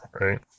right